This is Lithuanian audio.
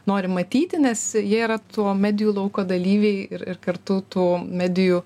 nori matyti nes jie yra to medijų lauko dalyviai ir ir kartu tų medijų